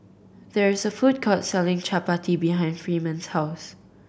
there is a food court selling Chapati behind Freeman's house